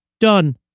Done